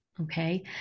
Okay